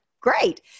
Great